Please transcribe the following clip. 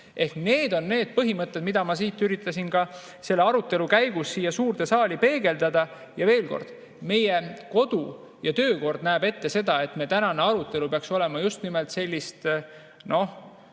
need on need põhimõtted, mida ma üritasin selle arutelu käigus siia suurde saali peegeldada. Veel kord: meie kodu- ja töökord näeb ette seda, et meie tänane arutelu peaks olema just nimelt rohkem